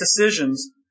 decisions